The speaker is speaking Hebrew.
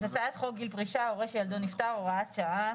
אז הצעת חוק גיל פרישה (הורה שילדו נפטר) (הוראת שעה),